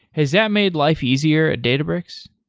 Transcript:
has that made life easier at databricks?